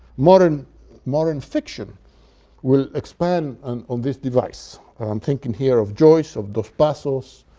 modern modern fiction will expand and on this device. i'm thinking here of joyce, of dos passos,